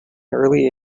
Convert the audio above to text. early